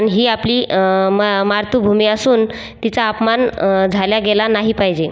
ही आपली मा मार्तूभूमी असून तिचा अपमान झाल्या गेला नाही पायजे